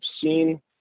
seen